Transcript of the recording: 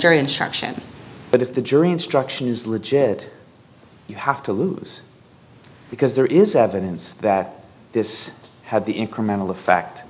jury instruction but if the jury instruction is legit you have to lose because there is evidence that this had the incremental effect